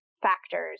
factors